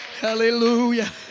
Hallelujah